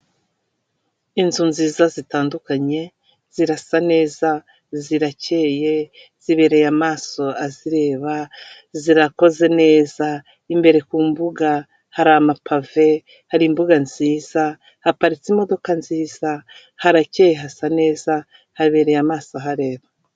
Inzu nziza zitandukanye zirasa neza zirakeye, zibereye amaso azireba, zirakoze neza imbere ku mbuga hari amapave hari imbuga nziza haparitse imodoka nziza haracyeye hasa neza habereye amaso ahareba